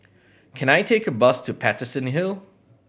can I take a bus to Paterson Hill